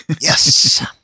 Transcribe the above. Yes